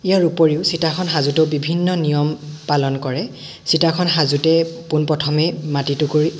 ইয়াৰ উপৰিও চিতাখন সাজোঁতেও বিভিন্ন নিয়ম পালন কৰে চিতাখন সাজোঁতে পোনপ্ৰথমেই মাটিটুকুৰ